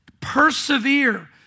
Persevere